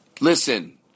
listen